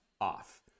off